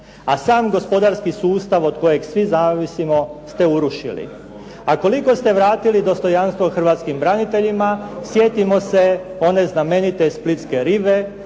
a sam gospodarski sustav od kojeg svi zavisimo ste urušili. A koliko ste vratili dostojanstvo hrvatskim braniteljima sjetimo se one znamenite splitske rive